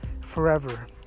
forever